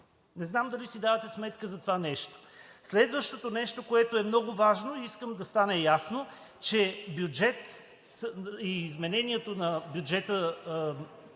Не знам дали си давате сметка за това нещо. Следващото нещо, което е много важно и искам да стане ясно, е, че бюджетът и изменението на бюджета